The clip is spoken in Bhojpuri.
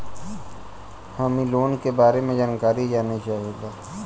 हम इ लोन के बारे मे जानकारी जाने चाहीला?